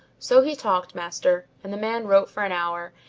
so he talked, master, and the man wrote for an hour,